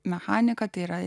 mechanika tėra